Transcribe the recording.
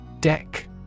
Deck